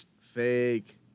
Fake